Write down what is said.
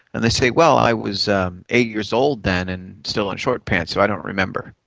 and they say, well, i was eight years old then and still in short pants so i don't remember.